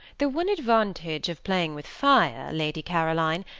the one advantage of playing with fire, lady caroline,